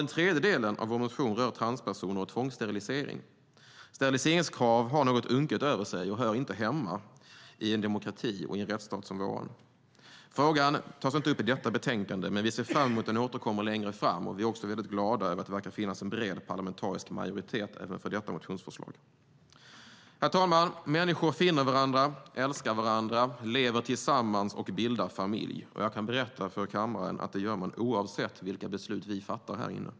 Den tredje delen av vår motion rör transpersoner och tvångssterilisering. Steriliseringskrav har något unket över sig och hör inte hemma i en demokrati och en rättsstat som vår. Frågan tas inte upp i detta betänkande, men vi ser fram emot att den återkommer längre fram. Vi är glada över att det verkar finnas en bred parlamentarisk majoritet även för detta motionsförslag. Herr talman! Människor finner varandra, älskar varandra, lever tillsammans och bildar familj. Jag kan berätta för kammaren att det gör man oavsett vilka beslut vi fattar här inne.